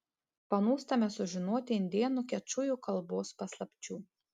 panūstame sužinoti indėnų kečujų kalbos paslapčių